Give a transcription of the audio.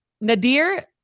Nadir